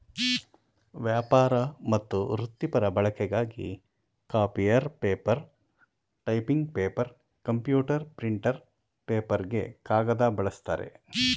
ವ್ಯಾಪಾರ ಮತ್ತು ವೃತ್ತಿಪರ ಬಳಕೆಗಾಗಿ copier paper typing paper computer printer ಪೇಪರ್ಗೆ ಕಾಗದ ಬಳಸ್ತಾರೆ